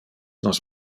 nos